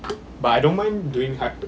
but I don't mind doing hi~